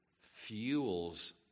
fuels